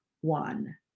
one